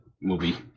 movie